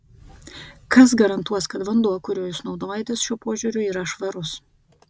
kas garantuos kad vanduo kuriuo jūs naudojatės šiuo požiūriu yra švarus